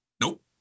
Nope